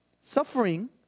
suffering